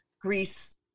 Greece